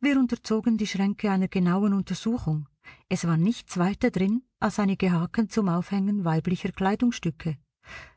wir unterzogen die schränke einer genauen untersuchung es war nichts weiter drin als einige haken zum aufhängen weiblicher kleidungsstücke